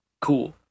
cool